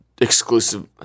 exclusive